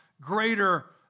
greater